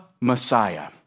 Messiah